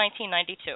1992